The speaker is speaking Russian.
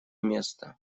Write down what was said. место